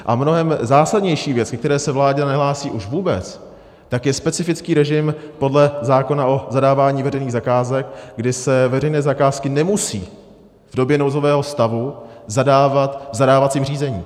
A mnohem zásadnější věc, ke které se vláda nehlásí už vůbec, je specifický režim podle zákona o zadávání veřejných zakázek, kdy se veřejné zakázky nemusí v době nouzového stavu zadávat v zadávacím řízení.